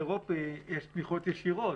להגיד שבאיחוד האירופי יש תמיכות ישירות.